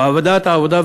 ועדת העבודה,